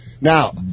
now